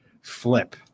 flip